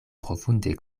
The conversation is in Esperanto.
profunde